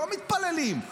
לא מתפללים,